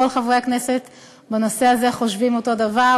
כל חברי הכנסת בנושא הזה חושבים אותו דבר.